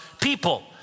people